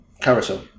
Carousel